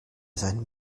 seinem